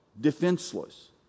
defenseless